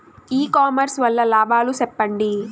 ఇ commerce వల్ల లాభాలు సెప్పండి?